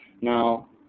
Now